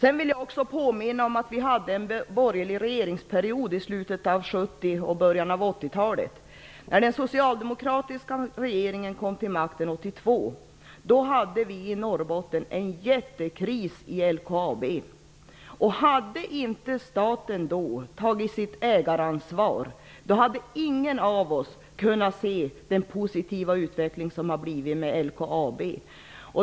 Jag vill påminna om att vi hade en borgerlig regeringsperiod i slutet av 70-talet och början av 80 talet. När Socialdemokraterna kom till makten 1982 hade vi i Norrbotten en jättekris i LKAB. Hade inte staten då tagit sitt ägaransvar hade ingen av oss kunnat se den positiva utveckling som har blivit inom LKAB.